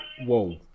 Whoa